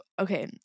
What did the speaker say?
Okay